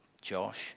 Josh